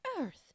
earth